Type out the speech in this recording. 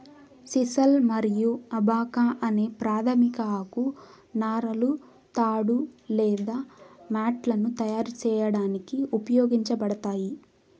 sisal మరియు abaca అనే ప్రాధమిక ఆకు నారలు తాడు లేదా మ్యాట్లను తయారు చేయడానికి ఉపయోగించబడతాయి